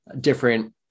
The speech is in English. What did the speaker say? different